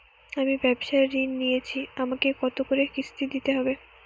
আমি ব্যবসার ঋণ নিয়েছি আমাকে কত করে কিস্তি দিতে হবে?